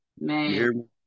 Man